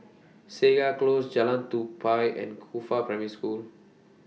Segar Close Jalan Tupai and Qifa Primary School